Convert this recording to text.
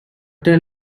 tell